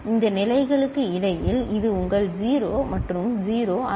இந்த நிலைகளுக்கு இடையில் இது உங்கள் 0 மற்றும் 0 அல்ல